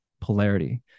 polarity